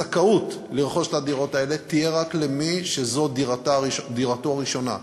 הזכאות לרכוש את הדירות האלה תהיה רק למי שזו דירתו הראשונה.